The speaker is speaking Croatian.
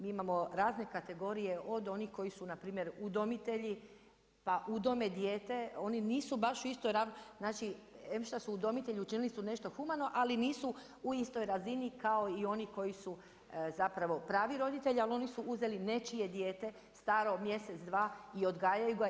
Mi imamo razne kategorije od onih koji su npr. udomitelji pa udome dijete oni nisu baš u istoj, znači em što su udomitelji učinili su nešto humano, ali nisu u istoj razini kao i oni koji su pravi roditelji, ali oni su uzeli nečije dijete staro mjesec, dva i odgajaju ga.